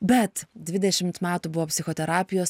bet dvidešimt metų buvo psichoterapijos